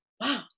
Wow